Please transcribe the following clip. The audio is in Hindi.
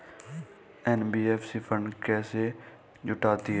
एन.बी.एफ.सी फंड कैसे जुटाती है?